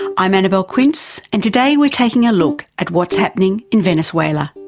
i'm annabelle quince and today we're taking a look at what's happening in venezuela.